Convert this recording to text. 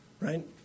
right